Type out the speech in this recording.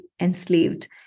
enslaved